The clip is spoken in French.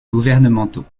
gouvernementaux